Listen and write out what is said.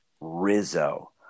Rizzo